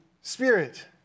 Spirit